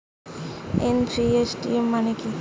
NEFT মনে কি?